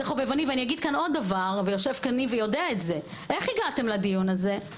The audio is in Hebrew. יושב פה ניב ויודע את זה איך הגעתם לדיון הזה?